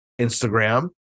Instagram